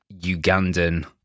Ugandan